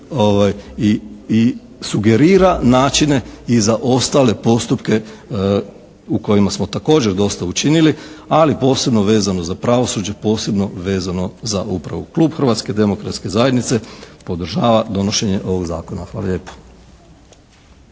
i sugerira načine i za ostale postupke u kojima smo također dosta učinili, ali posebno vezano za pravosuđe, posebno vezano za upravu. Klub Hrvatske demokratske zajednice podržava donošenje ovog Zakona. Hvala lijepa.